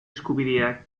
eskubideak